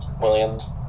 Williams